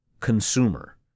consumer